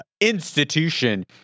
institution